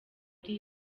ari